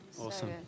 Awesome